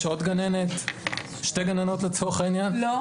עוד גננת שתי גננות לצורך העניין --- לא.